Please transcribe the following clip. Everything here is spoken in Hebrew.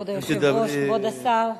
כבוד השר,